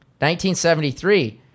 1973